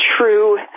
true